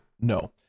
No